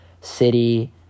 city